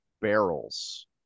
barrels